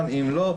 אם לא,